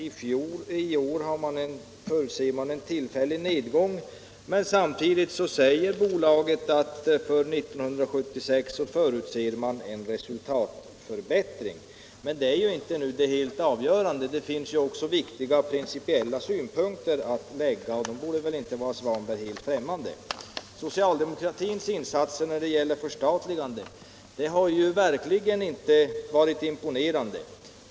I år emotser man visserligen en tillfällig nedgång, men samtidigt säger bolaget att man för 1976 emotser en resultatförbättring. Men detta är inte det helt avgörande, utan det finns också viktiga principiella synpunkter att anlägga på frågan, och de borde väl inte vara främmande för herr Svanberg! Socialdemokratins insatser för förstatligande har verkligen inte varit imponerande.